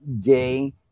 gay